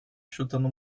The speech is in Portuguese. chutando